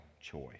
choice